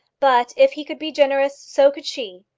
but if he could be generous, so could she.